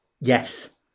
Yes